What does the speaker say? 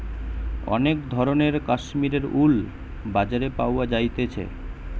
অনেক ধরণের কাশ্মীরের উল বাজারে পাওয়া যাইতেছে